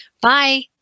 Bye